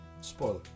spoiler